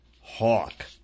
hawk